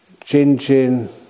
Jinjin